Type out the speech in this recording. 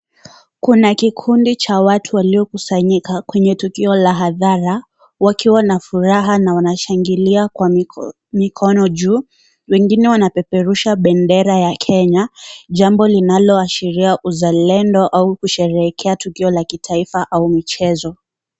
Kuna kikundi cha watu waliokusanyika kwenye tukio la hadhara wakiwa na furaha na wanashangilia kwa mikono juu. Wengine wanapeperusha bendera ya Kenya jambo linaloashiria uzalendo au kusherehekea tukio la kitaifa au michezo.